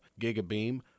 Gigabeam